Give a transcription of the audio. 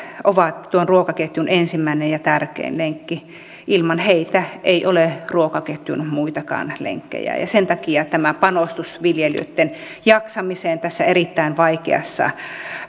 ovat tuon ruokaketjun ensimmäinen ja tärkein lenkki ilman heitä ei ole ruokaketjun muitakaan lenkkejä ja ja sen takia tämä panostus viljelijöitten jaksamiseen erittäin vaikeassa